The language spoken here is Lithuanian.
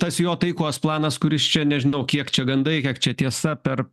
tas jo taikos planas kuris čia nežinau kiek čia gandai kiek čia tiesa per